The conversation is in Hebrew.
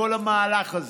בכל המהלך הזה,